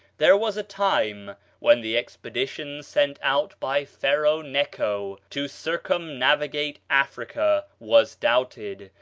there was a time when the expedition sent out by pharaoh necho to circumnavigate africa was doubted,